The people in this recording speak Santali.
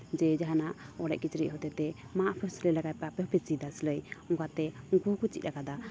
ᱡᱮ ᱡᱟᱦᱟᱱᱟᱜ ᱚᱲᱮᱡ ᱠᱤᱪᱨᱤᱡ ᱦᱚᱛᱮ ᱛᱮ ᱢᱟ ᱟᱯᱮ ᱦᱚᱸ ᱥᱤᱞᱟᱹᱭ ᱞᱟᱜᱟᱭ ᱯᱮ ᱟᱯᱮ ᱦᱚᱸᱯᱮ ᱪᱮᱫᱟ ᱥᱤᱞᱟᱹᱭ ᱚᱱᱟᱠᱟ ᱚᱱᱠᱟᱛᱮ ᱩᱱᱠᱩ ᱦᱚᱸ ᱠᱚ ᱪᱮᱫ ᱟᱠᱟᱫᱟ